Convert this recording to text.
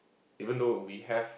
even though we have